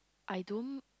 I don't